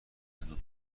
گندم